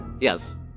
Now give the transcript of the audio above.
Yes